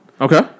Okay